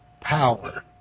power